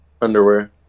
Underwear